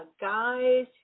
Guys